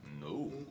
No